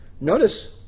Notice